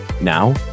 now